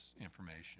information